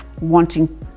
wanting